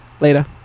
later